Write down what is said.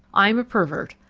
i am a pervert.